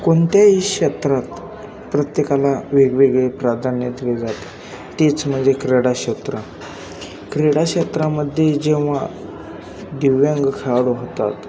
कोणत्याही क्षेत्रात प्रत्येकाला वेगवेगळे प्राधान्य दिले जाते तेच म्हणजे क्रीडाक्षेत्र क्रीडाक्षेत्रामध्ये जेव्हा दिव्यांग खेळाडू होतात